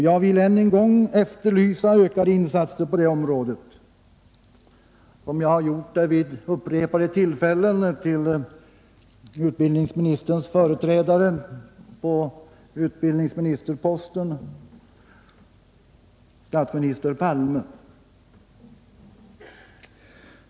Jag vill än en gång efterlysa ökade insatser på det området — såsom jag har gjort vid upprepade tillfällen till herr Carlssons företrädare på utbildningsministerposten, statsminister Palme.